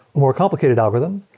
more complicated algorithm,